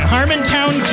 Harmontown